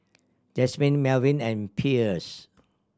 Jasmin Melvin and Pierce